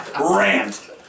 rant